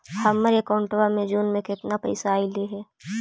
हमर अकाउँटवा मे जून में केतना पैसा अईले हे?